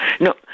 no